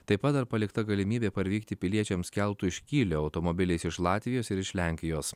taip pat dar palikta galimybė parvykti piliečiams keltu iš kylio automobiliais iš latvijos ir iš lenkijos